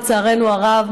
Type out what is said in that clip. לצערנו הרב,